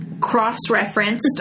cross-referenced